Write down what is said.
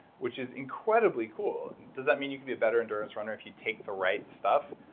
which is incredibly cool. does that mean you can be a better endurance runner if you take the right stuff?